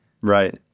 Right